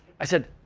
i said,